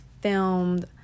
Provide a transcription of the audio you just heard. filmed